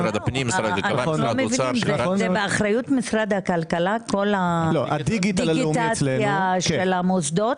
זה באחריות משרד הכלכלה הדיגיטציה של המוסדות?